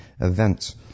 event